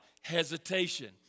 hesitation